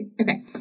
Okay